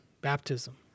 baptism